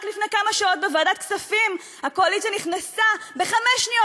רק לפני כמה שעות בוועדת הכספים הקואליציה נכנסה ובחמש שניות